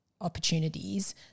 opportunities